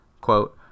Quote